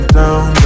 down